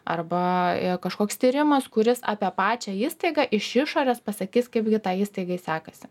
arba kažkoks tyrimas kuris apie pačią įstaigą iš išorės pasakys kaipgi tai įstaigai sekasi